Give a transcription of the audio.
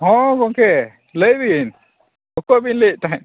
ᱦᱮᱸ ᱜᱚᱢᱠᱮ ᱞᱟᱹᱭ ᱵᱤᱱ ᱚᱠᱚᱭ ᱵᱤᱱ ᱞᱟᱹᱭᱮᱫ ᱛᱟᱦᱮᱸᱫ